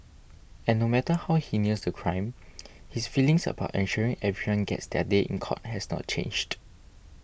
and no matter how heinous the crime his feelings about ensuring everyone gets their day in court has not changed